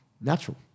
natural